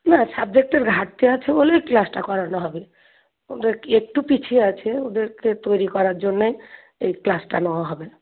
না সাবজেক্টের ঘাটতি আছে বলেই ক্লাসটা করানো হবে ওদের কী একটু পিছিয়ে আছে ওদেরকে তৈরি করার জন্যে এই ক্লাসটা নেওয়া হবে